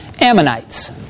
Ammonites